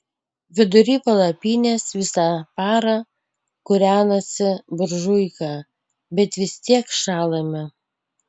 vidury palapinės visą parą kūrenasi buržuika bet vis tiek šąlame